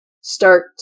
start